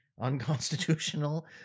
unconstitutional